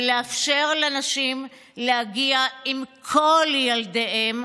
ולאפשר לנשים להגיע עם כל ילדיהן,